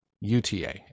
UTA